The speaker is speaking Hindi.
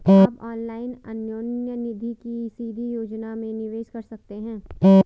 आप ऑनलाइन अन्योन्य निधि की सीधी योजना में निवेश कर सकते हैं